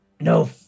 no